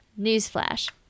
Newsflash